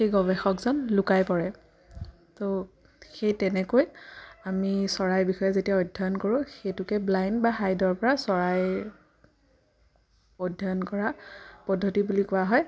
সেই গৱেষকজন লুকাই পৰে তো সেই তেনেকৈ আমি চৰাইৰ বিষয়ে যেতিয়া অধ্যয়ন কৰোঁ সেইটোকে ব্লাইণ্ড বা হাইডৰ পৰা চৰাইৰ অধ্য্যন কৰা পদ্ধতি বুলি কোৱা হয়